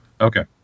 Okay